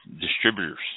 distributors